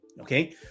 okay